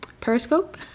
Periscope